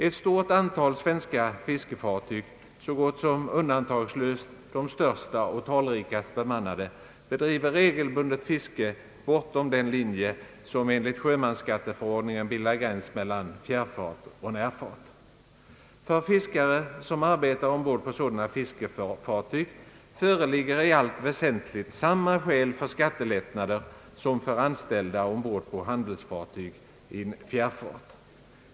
Ett stort antal svenska fiskefartyg — så gott som undantagslöst de största och talrikast bemannade — bedriver regelmässigt fiske bortom den linje som enligt sjömansskatteförordningen bildar gräns mellan fjärrfart och närfart. För fiskare som arbetar ombord på sådana fiskefartyg föreligger i allt väsentligt samma skäl till skattelättnader som för anställda ombord på handelsfartyg i fjärrfart.